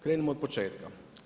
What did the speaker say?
Krenimo od početka.